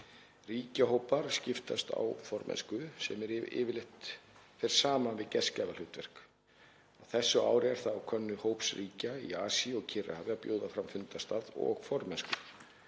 Ríkjahópar skiptast á formennsku sem fer yfirleitt saman við gestgjafahlutverk. Á þessu ári er það á könnu hóps ríkja í Asíu og Kyrrahafi að bjóða fram fundarstað og formennsku.